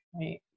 Right